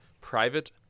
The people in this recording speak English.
private